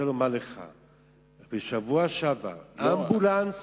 בשבוע שעבר אמבולנס